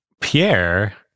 Pierre